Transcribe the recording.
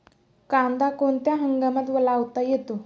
कांदा कोणत्या हंगामात लावता येतो?